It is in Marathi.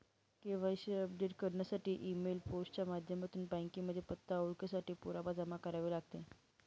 के.वाय.सी अपडेट करण्यासाठी ई मेल, पोस्ट च्या माध्यमातून बँकेमध्ये पत्ता, ओळखेसाठी पुरावा जमा करावे लागेल